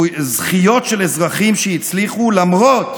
זכיות של אזרחים שהצליחו למרות